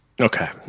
Okay